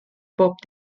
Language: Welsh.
bob